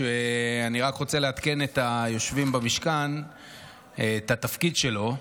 אני רק רוצה לעדכן את היושבים במשכן מה התפקיד שלו,